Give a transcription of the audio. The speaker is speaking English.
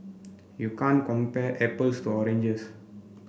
you can't compare apples to oranges